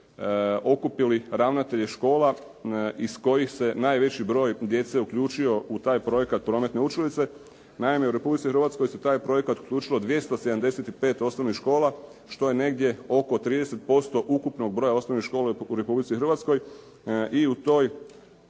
okupili ravnatelje škola iz kojih se najveći broj djece uključio u taj projekt "Prometne učilice". Naime, u Republici Hrvatskoj se u taj projekt uključilo 275 osnovnih škola, što je negdje oko 30% ukupnog broja osnovnih škola u Republici Hrvatskoj